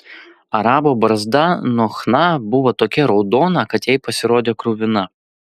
arabo barzda nuo chna buvo tokia raudona kad jai pasirodė kruvina